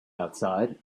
outside